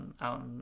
out